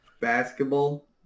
basketball